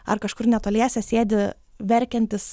ar kažkur netoliese sėdi verkiantis